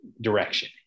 direction